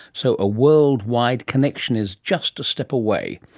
so a worldwide connection is just a step away.